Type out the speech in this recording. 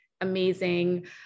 amazing